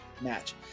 match